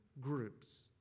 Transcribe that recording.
groups